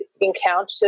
encountered